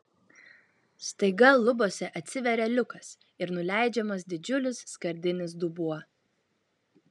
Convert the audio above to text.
staiga lubose atsiveria liukas ir nuleidžiamas didžiulis skardinis dubuo